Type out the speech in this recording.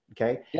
okay